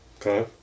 Okay